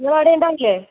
നിങ്ങളവിടെ ഉണ്ടാവില്ലെ